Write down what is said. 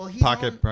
pocket